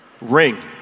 Ring